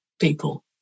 people